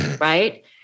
right